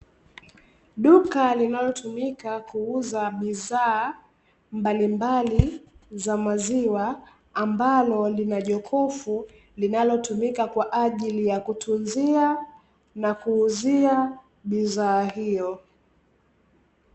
Duka linalotumika kuuza bidhaa mbalimbali za maziwa, ambalo lina jokofu linalotumika kwaajili ya kutunzia na kuuzia bidhaa hiyo.